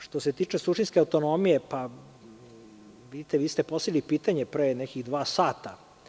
Što se tiče suštinske autonomije, vidite, vi ste postavili pitanje pre nekih dva sata.